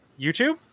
YouTube